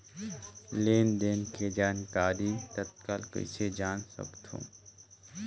लेन देन के जानकारी तत्काल कइसे जान सकथव?